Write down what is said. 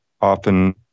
Often